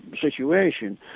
situation